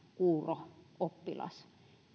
kuuro oppilas